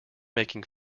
making